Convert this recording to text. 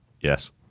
Yes